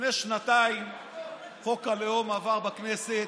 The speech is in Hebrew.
לפני שנתיים חוק הלאום עבר בכנסת,